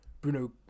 Bruno